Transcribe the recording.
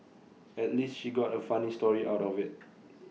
at least she got A funny story out of IT